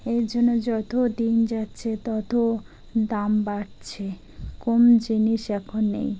এর জন্য যত দিন যাচ্ছে তত দাম বাড়ছে কম জিনিস এখন নেই